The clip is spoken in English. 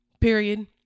Period